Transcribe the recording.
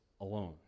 alone